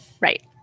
Right